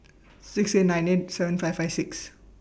six eight nine eight seven five five six